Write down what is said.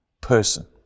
person